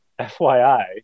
FYI